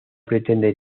pretende